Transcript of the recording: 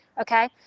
okay